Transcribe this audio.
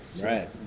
Right